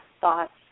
thoughts